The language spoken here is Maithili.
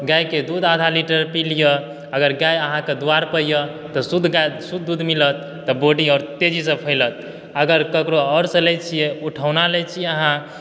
गाय के दूध आधा लीटर पी लीय अगर गाय अहाँके दुआरि पर यऽ तऽ शुद्ध दूध मिलत तऽ बॉडी आओर तेज़ी सॅं फैलत अगर केकरो आओर सॅं लै छियै उठौना लै छी अहाँ